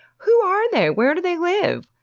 who are they! where do they live!